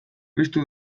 piztu